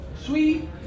sweet